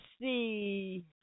see